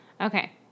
Okay